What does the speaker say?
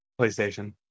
PlayStation